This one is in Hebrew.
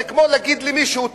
זה כמו להגיד למישהו,